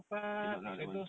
cannot lah that one